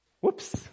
Whoops